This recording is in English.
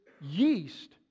yeast